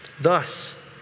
Thus